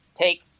take